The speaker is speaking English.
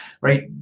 Right